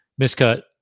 miscut